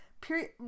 Period